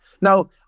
Now